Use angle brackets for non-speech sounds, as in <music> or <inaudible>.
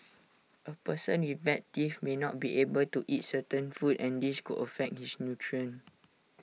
A person with bad teeth may not be able to eat certain foods and this could affect his <unintelligible>